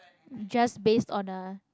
just based on a